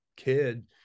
Kid